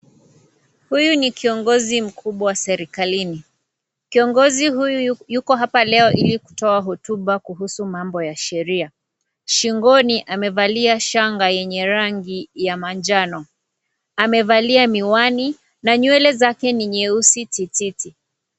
Huyu ni kiongozi mkubwa serikalini. Kiongozi huyu, yuko hapa leo ili kutoa hotuba kuhusu mambo ya sheria. Shingoni, amevalia shanga yenye rangi ya manjano. Amevalia miwani na nywele zake ni nyeusi tititi.